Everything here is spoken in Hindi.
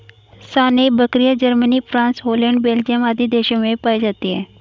सानेंइ बकरियाँ, जर्मनी, फ्राँस, हॉलैंड, बेल्जियम आदि देशों में भी पायी जाती है